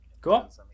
cool